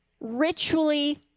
ritually